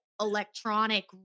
electronic